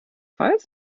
weiß